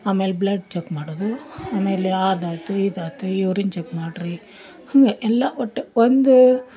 ಆಮೇಲೆ blood check ಮಾಡೋದು ಆಮೇಲೆ ಅದಾತು ಇದಾತು ಯೂರಿನ್ ಚೆಕ್ ಮಾಡ್ರಿ ಹಾಗೆ ಎಲ್ಲಾ ಒಟ್ಟು ಒಂದು